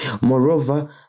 Moreover